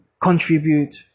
contribute